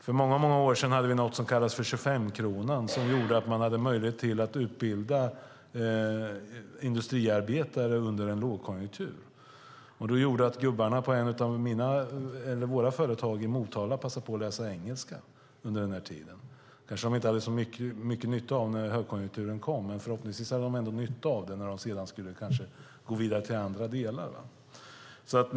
För många år sedan hade vi något som kallades 25-kronan, som gjorde att man hade möjlighet att utbilda industriarbetare under en lågkonjunktur. Det gjorde att gubbarna på ett av våra företag i Motala passade på att läsa engelska under den tiden. De kanske inte hade så mycket nytta av det när högkonjunkturen kom, men förhoppningsvis hade de ändå nytta av det när de sedan skulle gå vidare till annat.